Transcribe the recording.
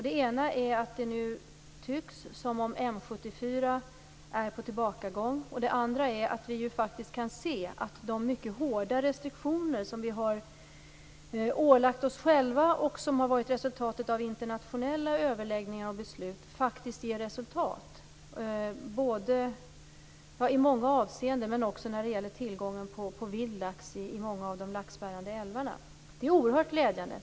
Det ena är att det nu tycks som om M74 är på tillbakagång. Det andra är att vi kan se att de mycket hårda restriktioner som vi har ålagt oss själva, och som har varit resultatet av internationella överläggningar och beslut, nu faktiskt ger resultat i många avseenden, också när det gäller tillgången på vild lax i många av de laxbärande älvarna. Det är oerhört glädjande.